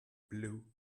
blue